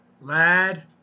Lad